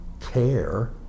care